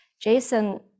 Jason